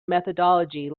methodology